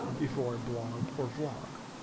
before delong are flawed